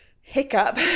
hiccup